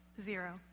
Zero